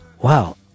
Wow